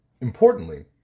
Importantly